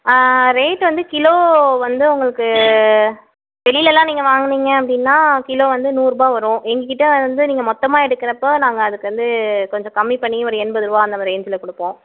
rate வந்து kilo வந்து உங்களுக்கு வெளியிலல்லாம் நீங்கள் வாங்குனிங்க அப்படின்னா கிலோ வந்து நூறுபா வரும் எங்கள்கிட்ட வந்து நீங்கள் மொத்தமாக எடுக்குறப்போ நாங்கள் அதுக்கு வந்து கொஞ்சம் கம்மி பண்ணி ஒரு எண்பது ரூபா அந்தமாதிரி ரேன்சில் கொடுப்போம்